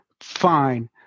Fine